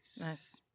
nice